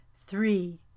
Three